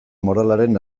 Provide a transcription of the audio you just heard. moralaren